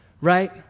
Right